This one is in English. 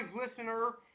listener